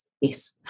Yes